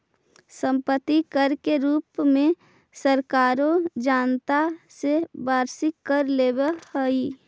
सम्पत्ति कर के रूप में सरकारें जनता से वार्षिक कर लेवेऽ हई